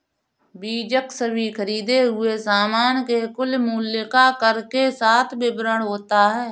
बीजक सभी खरीदें हुए सामान के कुल मूल्य का कर के साथ विवरण होता है